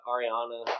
Ariana